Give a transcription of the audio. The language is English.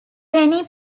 penny